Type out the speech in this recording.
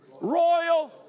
Royal